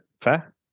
Fair